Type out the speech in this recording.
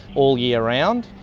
all year round.